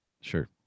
Sure